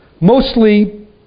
Mostly